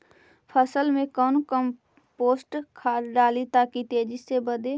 फसल मे कौन कम्पोस्ट खाद डाली ताकि तेजी से बदे?